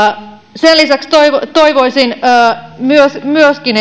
sen lisäksi toivoisin myöskin